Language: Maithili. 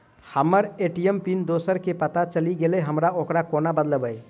हम्मर ए.टी.एम पिन दोसर केँ पत्ता चलि गेलै, हम ओकरा कोना बदलबै?